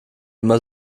immer